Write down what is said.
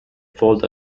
fault